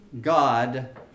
God